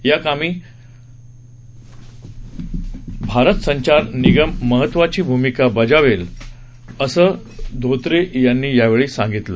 या कामी भारत संचार निगम महत्वाची भूमिका बजावेल असं धोत्रे यांनी यावेळी सांगितलं